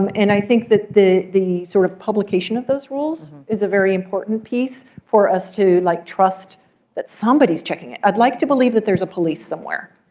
um and i think that the the sort of publication of those rules is a very important piece for us to like trust that somebody is checking it. i'd like to believe that there's a police somewhere.